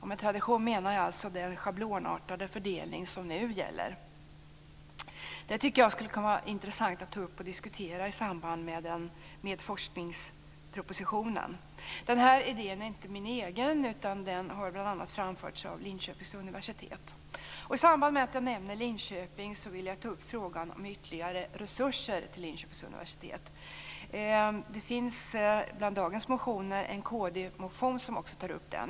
Med tradition menar jag alltså den schablonartade fördelning som nu gäller. Jag tycker att det skulle kunna vara intressant att ta upp och diskutera detta i samband med forskningspropositionen. Den här idén är inte min egen. Den har bl.a. framförts av Linköpings universitet. I samband med att jag nämner Linköping vill jag ta upp frågan om ytterligare resurser till Linköpings universitet. Bland dagens motioner finns det en kdmotion som också tar upp det.